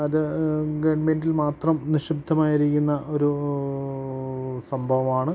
അത് ഗവൺമെൻ്റിൽ മാത്രം നിക്ഷിപ്തമായിരിക്കുന്ന ഒരു സംഭവമാണ്